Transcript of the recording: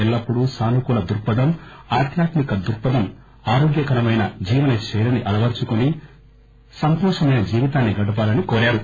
ఎల్లప్పుడు సానుకూల ధృక్పథం ఆధ్యాత్మిక దృక్పథం ఆరోగ్యకరమైన జీవన శైలిని అలవర్సుకుని సంతోషమైన జీవితాన్ని గడపాలని కోరారు